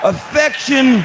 Affection